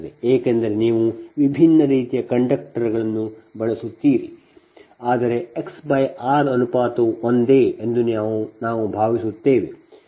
ಏಕೆಂದರೆ ನೀವು ವಿಭಿನ್ನ ರೀತಿಯ ಕಂಡಕ್ಟರ್ಗಳನ್ನು ಬಳಸುತ್ತೀರಿ ಆದರೆ X R ಅನುಪಾತವು ಒಂದೇ ಎಂದು ನಾವು ಭಾವಿಸುತ್ತೇವೆ